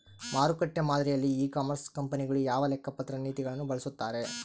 ಮಾರುಕಟ್ಟೆ ಮಾದರಿಯಲ್ಲಿ e commerce ಕಂಪನಿಗಳು ಯಾವ ಲೆಕ್ಕಪತ್ರ ನೇತಿಗಳನ್ನು ಬಳಸುತ್ತಾರೆ?